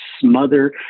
smother